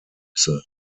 müsse